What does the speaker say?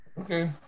Okay